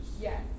Yes